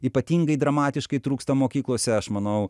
ypatingai dramatiškai trūksta mokyklose aš manau